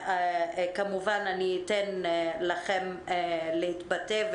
כמובן שאני אתן לכם להתבטא,